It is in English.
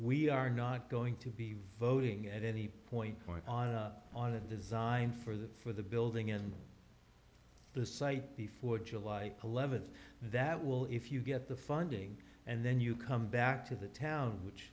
we are not going to be voting at any point going on on a design for the for the building and the site before july eleventh that will if you get the funding and then you come back to the town which